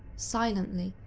silently,